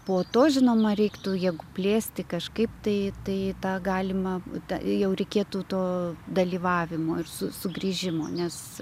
po to žinoma reiktų jeigu plėsti kažkaip tai tai tą galima tai jau reikėtų to dalyvavimo ir su sugrįžimo nes